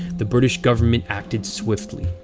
the british government acted swiftly.